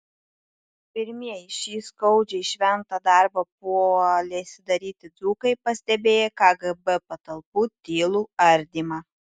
pirmieji šį skaudžiai šventą darbą puolėsi daryti dzūkai pastebėję kgb patalpų tylų ardymą